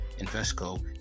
Invesco